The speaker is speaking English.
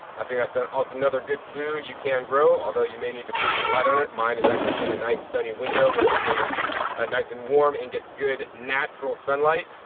i think that's ah also another good food you can grow. although you may need to put some light on it. mine is actually in a nice sunny window where it stays ah nice and warm and gets good natural sunlight.